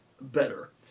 better